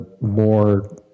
more